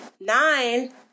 Nine